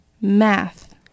math